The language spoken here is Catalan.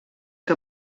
que